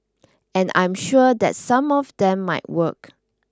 and I'm sure that some of them might work